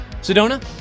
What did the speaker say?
Sedona